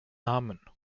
namen